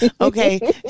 Okay